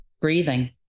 breathing